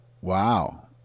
wow